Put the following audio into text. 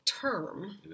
term